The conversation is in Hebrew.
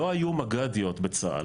לא היו מג"דיות בצה"ל,